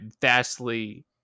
vastly